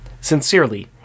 Sincerely